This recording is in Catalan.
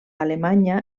alemanya